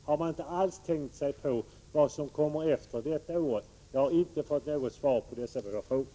Har man inte alls tänkt på vad som kommer efter innevarande år? Jag har som sagt inte fått något svar på dessa frågor.